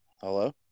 Hello